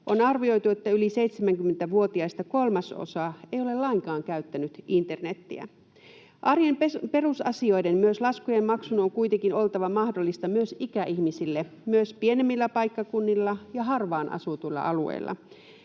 On arvioitu, että yli 70-vuotiaista kolmasosa ei ole lainkaan käyttänyt internetiä. Arjen perusasioiden, myös laskujen maksun, on kuitenkin oltava mahdollista myös ikäihmisille, myös pienemmillä paikkakunnilla ja harvaan asutuilla alueilla.